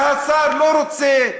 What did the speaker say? והשר לא רוצה.